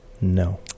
no